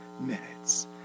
minutes